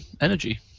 energy